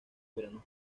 veranos